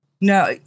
no